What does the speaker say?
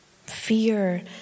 Fear